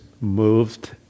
moved